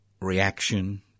reaction